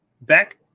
Back